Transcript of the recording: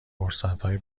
فرصتهای